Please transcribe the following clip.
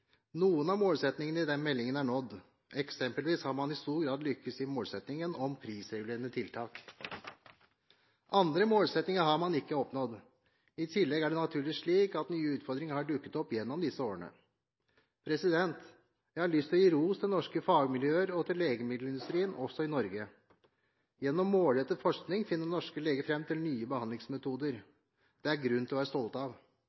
Noen av målsettingene i den meldingen er nådd, eksempelvis har man i stor grad lyktes i målsettingen om prisregulerende tiltak. Andre målsettinger har man ikke oppnådd. I tillegg er det naturligvis slik at nye utfordringer har dukket opp gjennom disse årene. Jeg har lys til å gi ros til norske fagmiljøer og til legemiddelindustrien også i Norge. Gjennom målrettet forskning finner norske leger fram til nye behandlingsmetoder det er grunn til å være stolt av.